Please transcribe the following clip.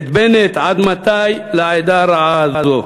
את בנט: עד מתי לעדה הרעה הזאת?